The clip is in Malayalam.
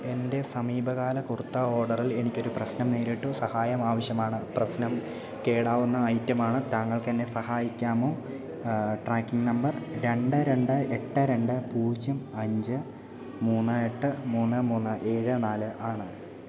എൻ്റെ സമീപകാല കുർത്ത ഓർഡറിൽ എനിക്കൊരു പ്രശ്നം നേരിട്ടു സഹായം ആവശ്യമാണ് പ്രശ്നം കേടാവുന്ന ഐറ്റമാണ് താങ്കൾക്കെന്നെ സഹായിക്കാമോ ട്രാക്കിംഗ് നമ്പർ രണ്ട് രണ്ട് എട്ട് രണ്ട് പൂജ്യം അഞ്ച് മൂന്ന് എട്ട് മൂന്ന് മൂന്ന് ഏഴ് നാല് ആണ്